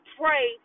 pray